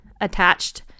attached